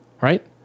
right